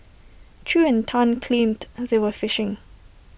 chew and Tan claimed and they were fishing